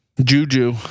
Juju